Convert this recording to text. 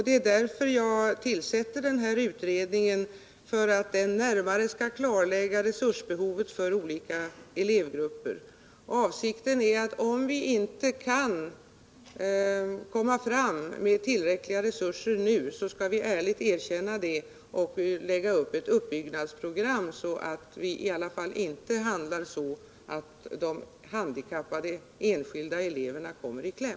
Det är därför jag tillsätter den här utredningen — den skall närmare klarlägga resursbehovet för olika grupper. Avsikten är att om vi inte kan komma fram med tillräckliga resurser nu skall vi ärligt erkänna det och lägga upp ett uppbyggnadsprogram, så att vi i alla fall inte handlar på ett sådant sätt att de enskilda handikappade eleverna kommer i kläm.